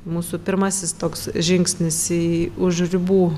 mūsų pirmasis toks žingsnis į už ribų